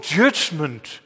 judgment